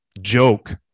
joke